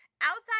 outside